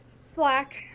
Slack